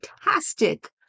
fantastic